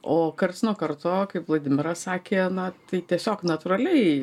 o karts nuo karto kaip vladimiras sakė na tai tiesiog natūraliai